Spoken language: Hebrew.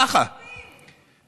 ככה כי אנחנו צפופים.